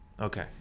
Okay